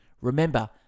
Remember